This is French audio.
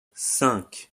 cinq